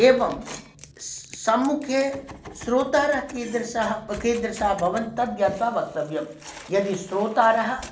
एवं सस् सम्मुखे श्रोतारः कीदृशः ब कीदृशाः भवन् तद् ज्ञात्वा वक्तव्यं यदि श्रोतारः